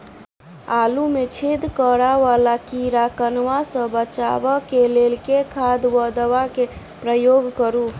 आलु मे छेद करा वला कीड़ा कन्वा सँ बचाब केँ लेल केँ खाद वा दवा केँ प्रयोग करू?